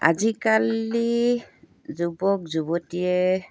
আজিকালি যুৱক যুৱতীয়ে